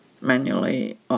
manually